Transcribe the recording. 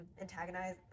antagonize